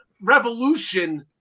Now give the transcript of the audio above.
Revolution